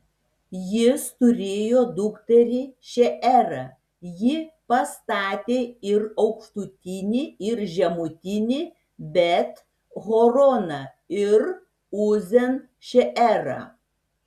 jis turėjo dukterį šeerą ji pastatė ir aukštutinį bei žemutinį bet horoną ir uzen šeerą